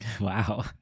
Wow